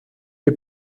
les